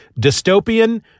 dystopian